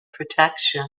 protection